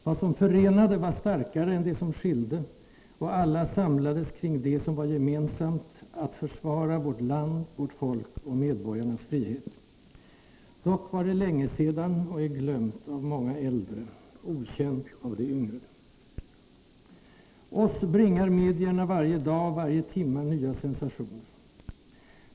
Vad som förenade var starkare än det som skilde, och alla samlades kring det som var gemensamt; att försvara vårt land, vårt folk och medborgarnas frihet. Dock var det länge sedan och är glömt Oss bringar medierna varje dag och varje timma nya sensationer.